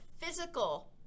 physical